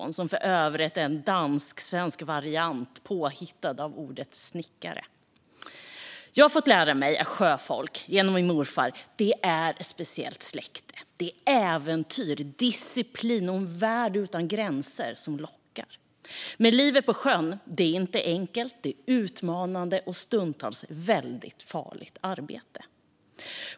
Det är för övrigt en påhittad dansk-svensk variant av ordet snickare. Jag har, genom min morfar, fått lära mig att sjöfolk är ett speciellt släkte. Det är äventyr, disciplin och en värld utan gränser som lockar. Men livet på sjön är inte enkelt. Det är ett utmanande och stundtals väldigt farligt arbete.